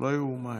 לא ייאמן.